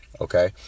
okay